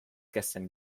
gestern